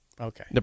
Okay